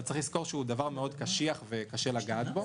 צריך לזכור ששכר הוא דבר קשיח מאוד וקשה לגעת בו.